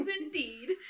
indeed